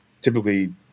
typically